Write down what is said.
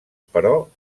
però